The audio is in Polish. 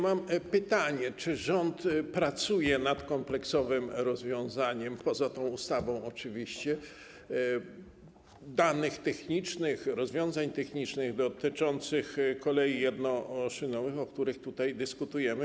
Mam pytanie: Czy rząd pracuje nad kompleksowym rozwiązaniem, poza tą ustawą oczywiście, w zakresie danych technicznych, rozwiązań technicznych dotyczących kolei jednoszynowych, o których tutaj dyskutujemy?